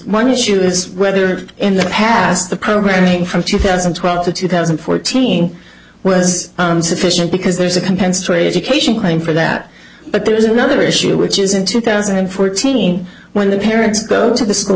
one issue is whether in the past the programming from two thousand and twelve to two thousand and fourteen was sufficient because there's a compensatory education plan for that but there is another issue which is in two thousand and fourteen when the parents go to the school